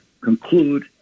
conclude